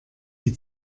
die